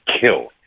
killed